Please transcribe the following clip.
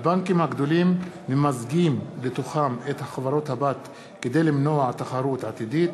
הבנקים הגדולים ממזגים לתוכם את חברות הבת כדי למנוע תחרות עתידית,